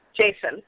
Jason